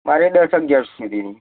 મારે દસ અગિયાર સુધીની